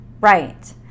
Right